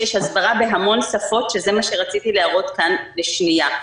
יש הסברה בהמון שפות שזה מה שרציתי להראות כאן לשנייה.